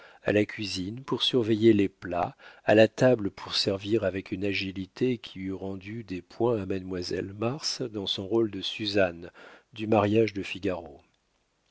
à la cuisine pour surveiller les plats à la table pour servir avec une agilité qui eût rendu des points à mademoiselle mars dans son rôle de suzanne du mariage de